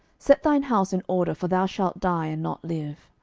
set thine house in order for thou shalt die, and not live.